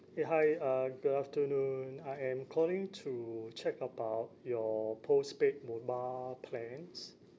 ya hi uh good afternoon I am calling to check about your postpaid mobile plans